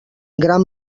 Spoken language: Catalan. gran